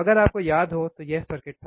अगर आपको याद हो तो यह सर्किट था